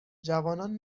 جوانان